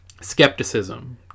skepticism